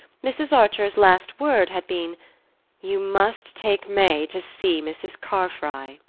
mrs. archer's last word had been you must take may to see mrs. carfry.